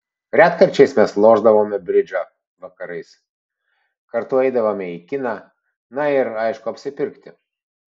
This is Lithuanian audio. retkarčiais mes lošdavome bridžą vakarais kartu eidavome į kiną na ir aišku apsipirkti